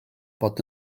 bod